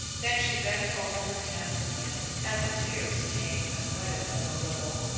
then she bent over her hands again, and the tears came and wetted them a little,